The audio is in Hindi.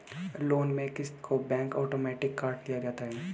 लोन में क़िस्त को बैंक से आटोमेटिक काट लिया जाता है